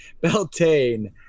Beltane